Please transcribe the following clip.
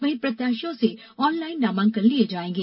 वहीं प्रत्याशियों से ऑनलाइन नामांकन लिये जाएंगे